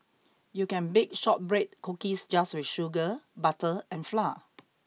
you can bake shortbread cookies just with sugar butter and flour